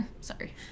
sorry